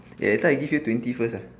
yeah thought I give you twenty first uh